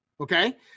okay